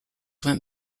went